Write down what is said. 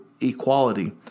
equality